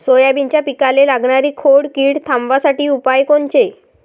सोयाबीनच्या पिकाले लागनारी खोड किड थांबवासाठी उपाय कोनचे?